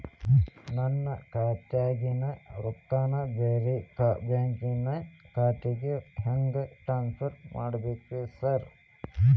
ನನ್ನ ಖಾತ್ಯಾಗಿನ ರೊಕ್ಕಾನ ಬ್ಯಾರೆ ಬ್ಯಾಂಕಿನ ಖಾತೆಗೆ ಹೆಂಗ್ ಟ್ರಾನ್ಸ್ ಪರ್ ಮಾಡ್ಬೇಕ್ರಿ ಸಾರ್?